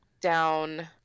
down